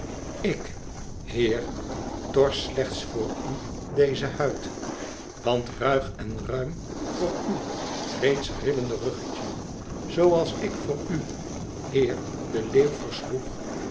ik heer tors slechts voor u dezen huid wat ruig en ruim voor uw reeds rillende ruggetje zoo als ik voor u heer den leeuw versloeg